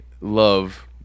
love